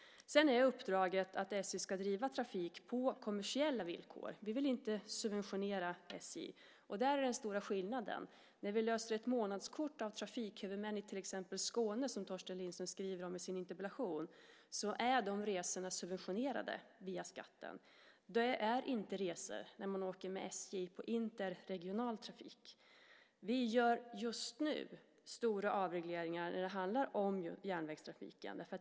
Uppdraget är att SJ ska driva trafik på kommersiella villkor. Vi vill inte subventionera SJ. Det är den stora skillnaden. När vi löser ett månadskort av trafikhuvudmän i till exempel Skåne, som Torsten Lindström skriver om i sin interpellation, är resorna subventionerade via skatten. Det är inte resor som man gör med SJ i interregional trafik. Vi gör just nu stora avregleringar när det handlar om järnvägstrafiken.